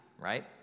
right